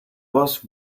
was